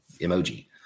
Emoji